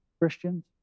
Christians